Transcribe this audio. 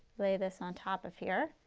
lay this on top of here.